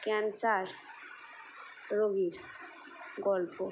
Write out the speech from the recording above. cancer রোগীর গল্প